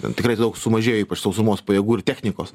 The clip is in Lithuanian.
ten tikrai daug sumažėjo ypač sausumos pajėgų ir technikos